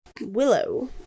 willow